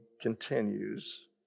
continues